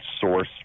source